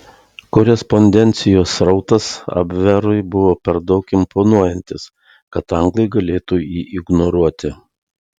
korespondencijos srautas abverui buvo per daug imponuojantis kad anglai galėtų jį ignoruoti